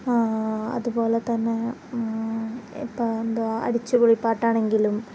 അതുപോലെ തന്നെ ഇപ്പം അടിച്ച് പൊളിപ്പാട്ടാണെങ്കിലും